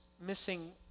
missing